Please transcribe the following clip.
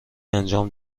انجام